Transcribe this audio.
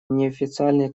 неофициальные